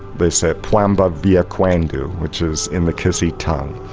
they said poimboi veeyah koindu which is in the kissi tongue.